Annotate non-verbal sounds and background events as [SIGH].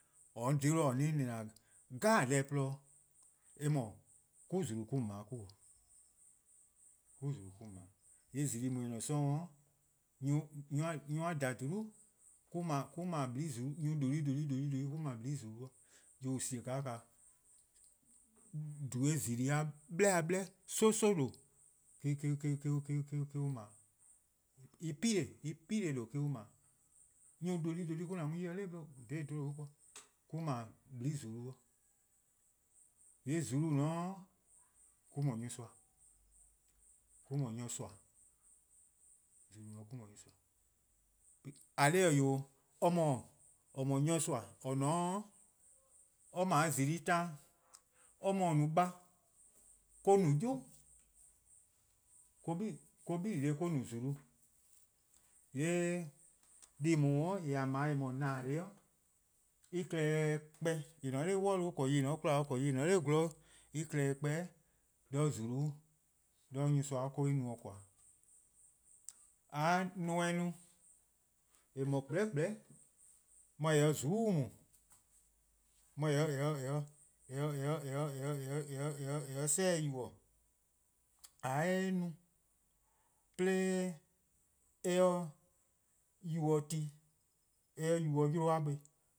:Mor :on :dhe-dih or-' :na-dih deh 'jeh :porluh dih :yee' 'ku :zulu: 'o :on 'ble, :yee' 'ku :zulu 'o :on 'ble. :yee' :zulu:+ :daa :en :ne-a 'sororn' [HESITATION] nyor+-a :dha :dhulu' [HESITATION] mo-: 'ble :blii' :zu, nyor+ :due' :due' mo-: 'ble :blii' :zulu:, :yor-uh :sie: :ao' :naa :dhui' :zulu-a 'bleh 'bleh, 'so 'so :due' [HESITATION] mo-: on 'ble, en 'pu+ 'pu+ me-: on 'ble. Nyor+ :due' :due' :mo-: :an mu 'ye-' [HESITATION] dha 'bluhba :daa ken mo-: 'ble :blii' :zulu. :yee' :zulu: :dao' mo-: no nyorsoa, mo-: no nyorsoa. :eh :korn dhih-eh 'wee', or :mor :on no-a nyorsoa :on :ne :ao' or 'ble :zulu:+ taan. Or :mor :or no-a :baa', or-: no 'yu, [HESITATION] or-: 'bili: :or no :zulu. :yee' deh+ :daa :a 'ble-a :en no-a :nena: deh+ en-' klehkpeh :en :ne-a 'nor 'kmo bo, :korn :yih :eh :ne-a 'de 'kwela-: :korn :yih :ne-a 'nor :gwlor-' en klehkpeh 'de :zulu-' 'de nyorsoa 'de en no-dih :koan:. :ka neme:-a no :en no-a kpleh kpleh, mor :eh se-a :zuku'-' mu, mor [HESITATION] :eh se-a 'chlee-deh yubo:, :ka eh no 'de eh yubo ti, eh yubo 'yluh-a buh+, :on